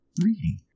reading